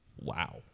wow